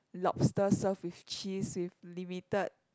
lobster served with cheese with limited